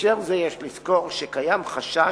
בהקשר זה יש לזכור שקיים חשש